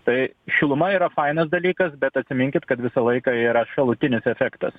tai šiluma yra fainas dalykas bet atsiminkit kad visą laiką yra šalutinis efektas